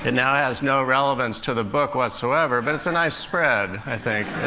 and now has no relevance to the book whatsoever, but it's a nice spread, i think,